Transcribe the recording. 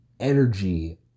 energy